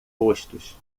rostos